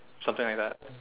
something like that